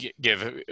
give